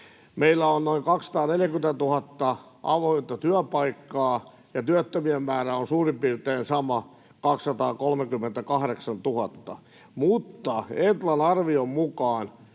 Meillä on noin 240 000 avointa työpaikkaa, ja työttömien määrä on suurin piirtein sama, 238 000. Mutta Etlan arvion mukaan